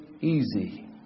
easy